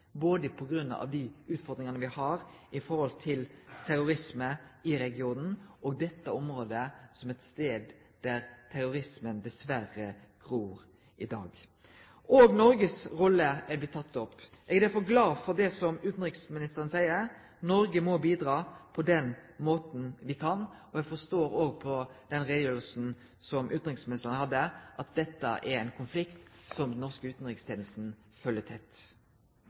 både på grunn av dei utfordringane me har med terrorisme i regionen, og på grunn av at dette området er ein stad der terrorismen dessverre gror i dag. Òg Noregs rolle er blitt teken opp. Eg er derfor glad for det som utanriksministeren seier: Noreg må bidra på den måten me kan. Eg forstår òg av den utgreiinga som utanriksministeren hadde, at dette er ein konflikt som den norske utanrikstenesta følgjer tett.